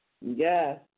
Yes